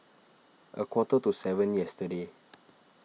a quarter to seven yesterday